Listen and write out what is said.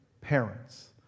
parents